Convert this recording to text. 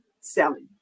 selling